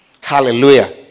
Hallelujah